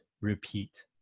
repeat